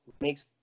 makes